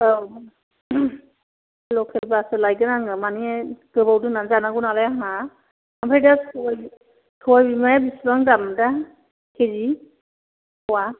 औ लकेलबासो लायगोन आङो माने गोबाव दोननानै जानांगौ नालाय आंहा ओमफ्राय दा सबाइ सबाइ बिमाया बिसिबां दाम दा केजि फ'वा